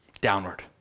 downward